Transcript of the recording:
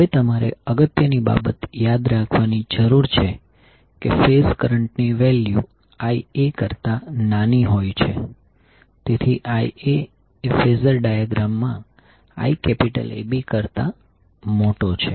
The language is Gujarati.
હવે તમારે અગત્યની બાબત યાદ રાખવાની જરૂર છે કે ફેઝ કરંટની વેલ્યુ Ia કરતા નાની હોય છે તેથી Ia એ ફેઝર ડાયાગ્રામ માં IAB કરતાં મોટો છે